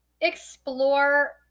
explore